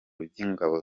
by’ingabo